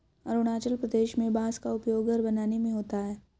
अरुणाचल प्रदेश में बांस का उपयोग घर बनाने में होता है